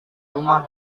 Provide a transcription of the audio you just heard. rumah